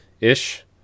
ish